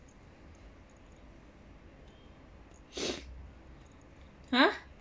!huh!